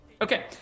Okay